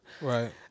Right